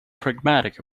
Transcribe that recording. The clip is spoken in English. pragmatic